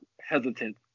hesitant